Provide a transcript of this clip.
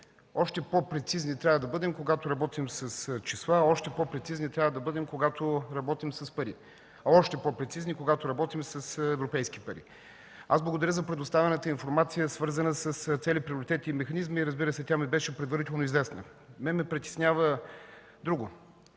Още по-прецизни трябва да бъдем, когато работим с числа, още по-прецизни трябва да бъдем, когато работим с пари, а още по-прецизни, когато работим с европейски пари. Благодаря за предоставената информация, свързана с цели, приоритети и механизми. Разбира се, тя ми беше предварително известна. Мен ме притеснява друго,